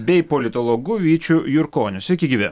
bei politologu vyčiu jurkoniu sveiki gyvi